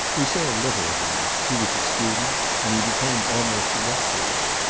we saw little of him. he was a student, and he became almost a recluse.